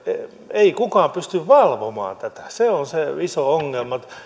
ei kukaan pysty valvomaan tätä se on se iso ongelma